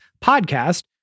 podcast